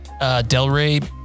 Delray